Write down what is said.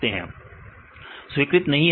विद्यार्थी स्वीकृत नहीं है